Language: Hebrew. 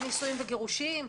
על נישואים וגירושים,